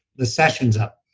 the sessions up.